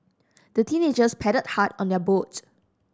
the teenagers paddled hard on their boat